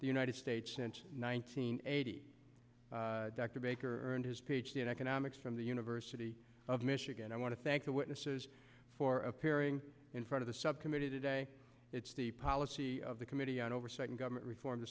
the united states since nineteen eighty dr baker and his ph d in economics from the university of michigan i want to thank the witnesses for appearing in front of the subcommittee today it's the policy of the committee on oversight and government reform